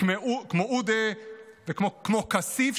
כמו עודה וכמו כסיף,